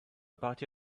party